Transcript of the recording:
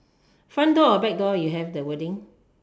front door or back door you have that wording